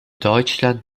deutschland